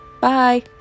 Bye